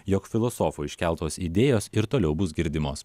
jog filosofo iškeltos idėjos ir toliau bus girdimos